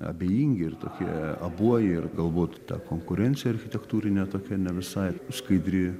abejingi ir tokie abuoji ir galbūt ta konkurencija architektūrinė tokia ne visai skaidri